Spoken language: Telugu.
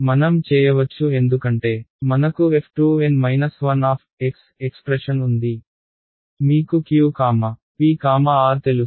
మనం చేయవచ్చు ఎందుకంటే మనకు f2N 1x ఎక్స్ప్రెషన్ ఉంది మీకు q p r తెలుసు